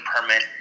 permit